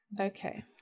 Okay